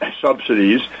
subsidies